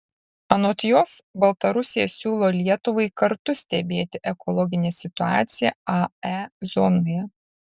anot jos baltarusija siūlo lietuvai kartu stebėti ekologinę situaciją ae zonoje